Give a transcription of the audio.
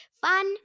Fun